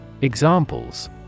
Examples